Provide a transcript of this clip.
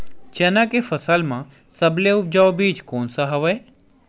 चना के फसल म सबले उपजाऊ बीज कोन स हवय?